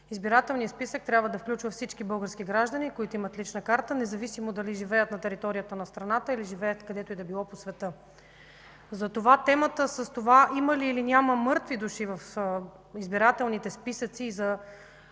избори, трябва да включва всички български граждани, които имат лична карта, независимо дали живеят на територията на страната, или живеят където и да било по света. Темата има или няма „мъртви души” в избирателните списъци –